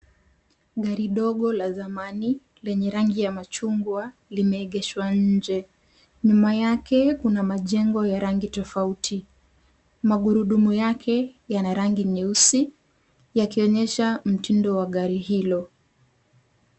Gari dogo la zamani, yenye rangi yamachungwa, limeegeshwa nje, nyuma yake kuna majengo ya rangi tofauti. Magurumu yake yana rangi nyeusi, yakionyesha mtindo wa gari hilo.